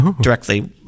directly